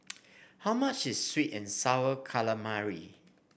how much is sweet and sour calamari